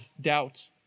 doubt